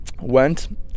went